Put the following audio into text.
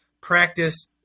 practice